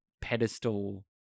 pedestal